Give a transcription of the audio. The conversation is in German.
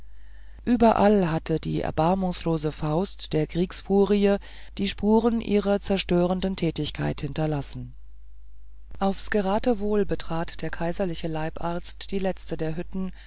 allüberall hatte die erbarmungslose faust der kriegsfurie die spuren ihrer zerstörenden tätigkeit hinterlassen aufs geratewohl betrat der kaiserliche leibarzt die letzte der hütten